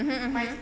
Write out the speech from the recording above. mmhmm mmhmm